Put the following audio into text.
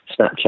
Snapchat